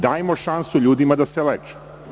Dajmo šansu ljudima da se leče.